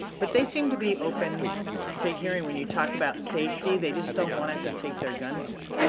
but they seem to be open to hearing when you talk about safety, they just don't want us to take their guns away.